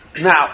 now